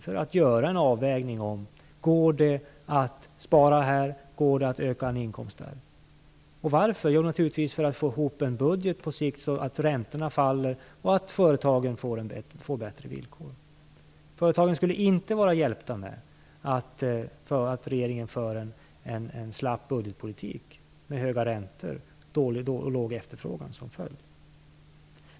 Man skall göra en avvägning om det går att spara här och om det går att öka en inkomst där. Varför gör man detta? Jo, det gör man naturligtvis för att man på sikt skall få ihop en budget så att räntorna faller och företagen får bättre villkor. Företagen skulle inte vara hjälpta av att regeringen för en slapp budgetpolitik med höga räntor och en låg efterfrågan som följd.